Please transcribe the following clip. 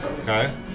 Okay